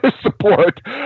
Support